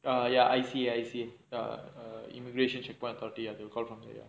err ya I_C_A I_C_A the immigration checkpoint authority if you can recall